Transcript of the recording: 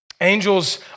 Angels